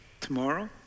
tomorrow